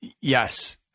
Yes